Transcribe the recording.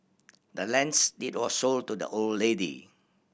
the land's deed was sold to the old lady